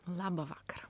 labą vakarą